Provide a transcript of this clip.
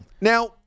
Now